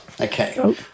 okay